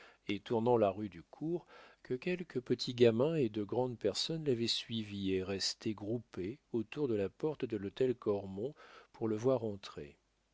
et tournant la rue du cours que quelques petits gamins et de grandes personnes l'avaient suivi et restaient groupés autour de la porte de l'hôtel cormon pour le voir entrer